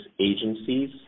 agencies